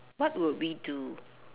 what would we do